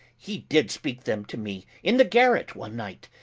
hee did speake them to me in the garret one night,